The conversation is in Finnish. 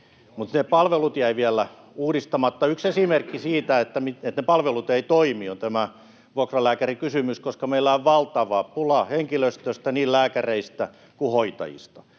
mutta ne palvelut jäivät vielä uudistamatta. Yksi esimerkki siitä, että ne palvelut eivät toimi, on tämä vuokralääkärikysymys, koska meillä on valtava pula henkilöstöstä, niin lääkäreistä kuin hoitajista.